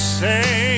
say